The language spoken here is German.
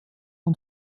und